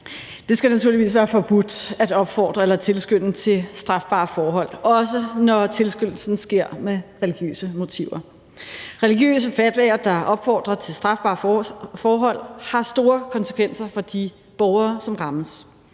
det skal naturligvis være forbudt at opfordre eller tilskynde til strafbare forhold, også når tilskyndelsen sker med religiøse motiver. Religiøse fatwaer, der opfordrer til strafbare forhold, har store konsekvenser for de borgere, som rammes,